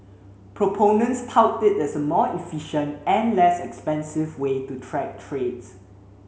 proponents tout it as a more efficient and less expensive way to track trades